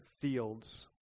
fields